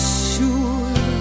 sure